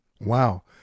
Wow